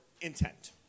intent